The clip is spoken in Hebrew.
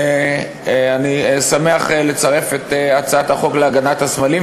אני שמח לצרף את הצעת חוק הגנת הסמלים,